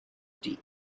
tea